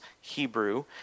Hebrew